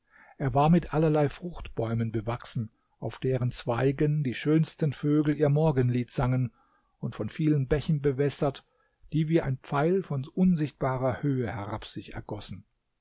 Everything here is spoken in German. er war mit allerlei fruchtbäumen bewachsen auf deren zweigen die schönsten vögel ihr morgenlied sangen und von vielen bächen bewässert die wie ein pfeil von unsichtbarer höhe herab sich ergossen